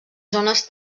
zones